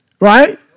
right